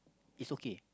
is okay